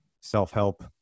self-help